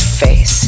face